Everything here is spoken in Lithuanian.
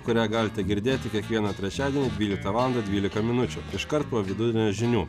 kurią galite girdėti kiekvieną trečiadienį dvyliktą valandą dvylika minučių iškart po vidudienio žinių